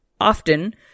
Often